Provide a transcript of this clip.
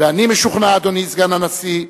ואני משוכנע, אדוני סגן הנשיא,